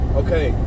okay